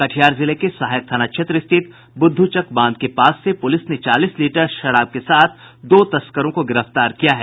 कटिहार जिले के सहायक थाना क्षेत्र स्थित बुद्धूचक बांध के पास से पुलिस ने चालीस लीटर शराब के साथ दो तस्करों को गिरफ्तार किया है